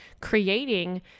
creating